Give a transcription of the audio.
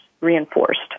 reinforced